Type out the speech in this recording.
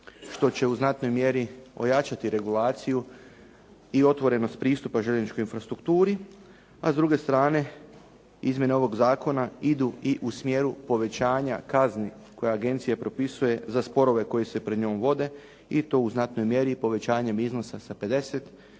što će u znatnoj mjeri ojačati regulaciju i otvrenost pristupa željezničkoj infrastrukturi, a s druge strane izmjena ovog zakona idu u smjeru povećanja kazni koja agencija propisuje za sporove koji se pred njom vode i to u znatnoj mjeri povećanjem iznosa sa 50